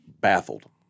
baffled